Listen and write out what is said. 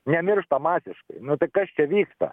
nemiršta magiškai nu tai kas čia vyksta